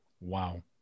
Wow